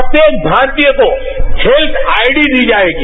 प्रत्येक भारतीय को हेत्थ आईडी दी जायेगी